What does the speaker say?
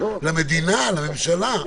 לממשלה,